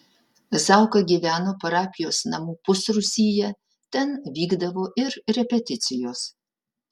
zauka gyveno parapijos namų pusrūsyje ten vykdavo ir repeticijos